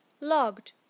logged